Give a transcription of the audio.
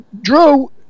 Drew